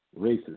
racist